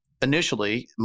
Initially